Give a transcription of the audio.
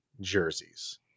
jerseys